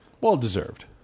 Well-deserved